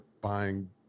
buying